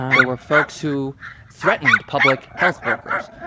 there were folks who threatened public health workers.